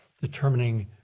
determining